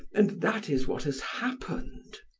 and that is what has happened.